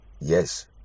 yes